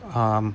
um